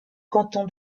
canton